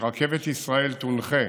שרכבת ישראל תונחה,